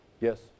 Yes